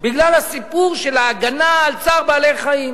בגלל הסיפור של ההגנה על צער בעלי-חיים.